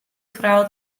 frou